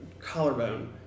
collarbone